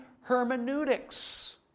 hermeneutics